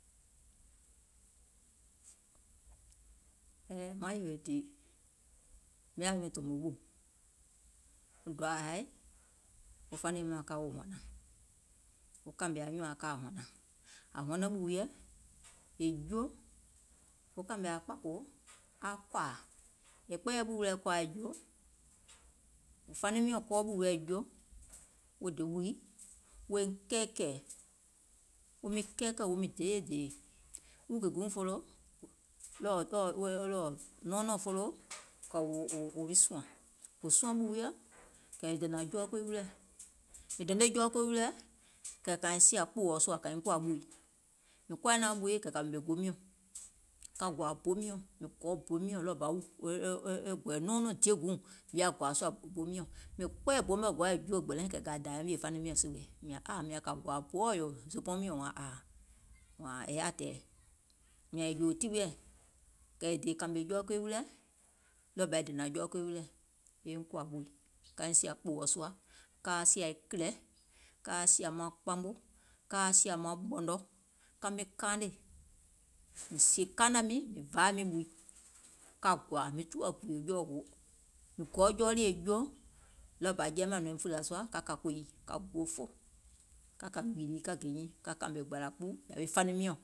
Maŋ yèwè dìì, mìŋ yaȧ nyuùŋ tòmò ɓù, wɔŋ doaȧ haì, wo fanim kȧmè anyùùŋ aŋ ka aŋ hɔ̀nȧŋ, ȧŋ hɔnɔŋ ɓù wiɔ̀ è juo, e kȧmè aŋ kpȧkòò aŋ kɔ̀ȧȧ, è kpɛɛyɛ̀ ɓù wiɛ̀ kɔ̀ȧa juo, faniŋ miɔ̀ŋ kɔɔ ɓù wɛɛ̀ juo, wo dè ɓùi woiŋ kɛɛkɛ̀ɛ̀, wo miŋ kɛɛkɛ̀ɛ̀ wo miŋ deeye dèèyè wìkì guùŋ foloo, kɛ̀ wò wuŋ suȧŋ, è suɔŋ ɓù wiɔ̀, kɛ̀ è dènȧŋ jɔɔ koe wilɛ̀, sèè è dene jɔɔ koi wilɛ̀, kɛ̀ kȧiŋ sìȧ kpòòɔ sùȧ kȧiŋ kòȧ ɓùi, mìŋ koȧiŋ naȧŋ ɓùi kɛ̀ kȧ ɓèmè go miɔ̀ŋ, ka gòȧ bo miɔ̀ŋ, mìŋ gɔɔ bo miɔ̀ŋ ɗɔɔbȧ wìkì ɗɔɔbȧ e gɔ̀ɛ̀ɛ̀ nɔɔnɔŋ diè guùŋ mìŋ yaȧ gòȧ sùȧ bo miɔ̀ŋ, mìŋ kpɛɛyɛ̀ bo miɔ̀ŋ gòa è juo gbɛlɛiŋ kɛ̀ kȧ dȧȧè mìè faniŋ miɔ̀ŋ sìwè, mìȧŋ aȧ, kȧ gòȧ boɔ̀ yò zòòbɔɔŋ miɔ̀ŋ, wȧȧŋ ȧȧ, wȧȧŋ è yaȧ tɛ̀ɛ̀, mìȧŋ è jòò tiwiɛ̀, kɛ̀ è dè kȧmè jɔɔ koi wilɛ̀, ɗɔɔbȧ e dènȧŋ jɔɔ koi wilɛ̀ yeiŋ kòȧ ɓùi kaiŋ sìȧ kpòòɔ sùȧ, kaa sìà kìlɛ̀, kaa sìȧ maŋ kpamo, kaa sìȧ maŋ ɓɔ̀nɔ, ka miŋ kaanè, mìŋ kaanȧŋ mìŋ mìŋ vaaȧ mìŋ ɓùi, ka gòȧ, mìŋ tuwȧ gùùyè jɔɔ, mìŋ gɔɔ jɔɔ lii è juo, ɗɔɔbȧ jɛi mȧŋ nɔ̀ìm fùlìȧ sùȧ, ka kȧ kòiì ka guo fo ka kȧ gbììlìi ka gè nyiiŋ, ka kȧmè gbàlà kpuu yȧwi faniŋ miɔ̀ŋ,